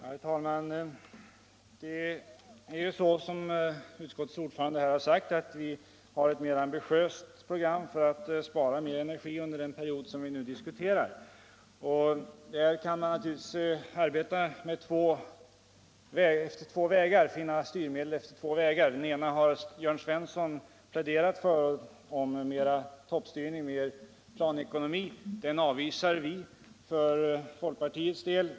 Herr talman! Det är ju så som utskottets ordförande har sagt att vi har ett mer ambitiöst program för att spara på energi under den period vi nu diskuterar. Man kan naturligtvis finna styrmedel efter två vägar. Den ena vägen har herr Svensson i Malmö pläderat för, nämligen mera toppstyrning, mera socialistisk planekonomi. Den vägen avvisar vi för folkpartiets del.